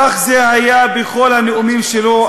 כך זה היה בכל הנאומים שלו.